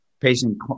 patient